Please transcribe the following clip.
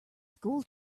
school